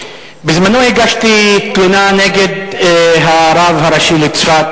בזמנו הגשתי תלונה נגד הרב הראשי לצפת,